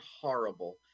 horrible